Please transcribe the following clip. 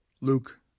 Luke